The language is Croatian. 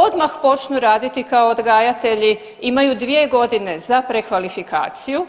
odmah počnu raditi kao odgajatelji, imaju 2 godine za prekvalifikaciju.